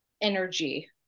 energy